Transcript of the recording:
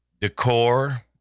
decor